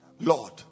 Lord